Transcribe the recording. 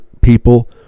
people